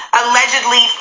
allegedly